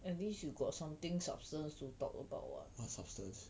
at least you got something substance to talk about [what]